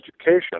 education